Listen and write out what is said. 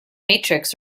matrix